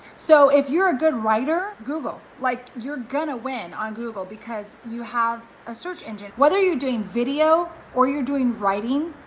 so if you're a good writer, google, like you're gonna win on google because you have a search engine, whether you're doing video or you're doing writing,